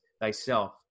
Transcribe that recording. thyself